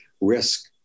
risk